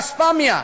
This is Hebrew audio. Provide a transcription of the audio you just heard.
שלום באספמיה,